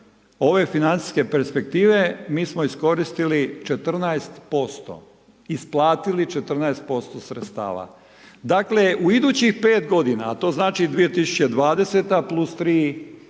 ove financijske perspektive, mi smo iskoristili 14%, isplatili 14% sredstava, dakle u idućih 5 g. a to znači 2020. plus 3 po